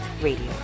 Radio